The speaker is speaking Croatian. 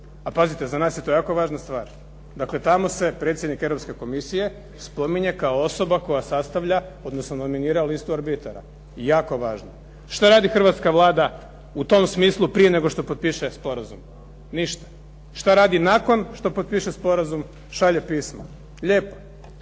a pazite za nas je to jako važna stvar. Dakle tamo se predsjednik Europske komisije spominje kao osoba koja sastavlja, odnosno nominira listu arbitara. Jako važno. Što radi hrvatska Vlada u tom smislu prije nego što potpiše sporazum? Ništa. Što radi nakon što potpiše sporazum? Šalje pismo. Lijepo,